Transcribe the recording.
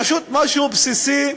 פשוט משהו בסיסי,